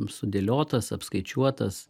sudėliotas apskaičiuotas